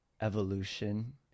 evolution